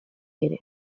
ere